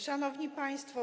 Szanowni Państwo!